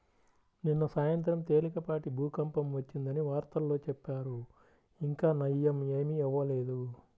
నిన్న సాయంత్రం తేలికపాటి భూకంపం వచ్చిందని వార్తల్లో చెప్పారు, ఇంకా నయ్యం ఏమీ అవ్వలేదు